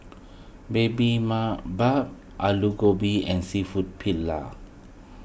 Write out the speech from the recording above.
Baby Alu Gobi and Seafood Paella